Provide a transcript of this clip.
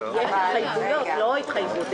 יש התחייבויות, לא התחייבות.